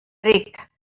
ric